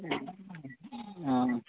অঁ